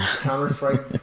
Counter-Strike